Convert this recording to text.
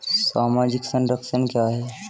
सामाजिक संरक्षण क्या है?